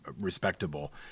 respectable